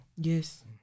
Yes